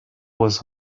was